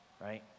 Right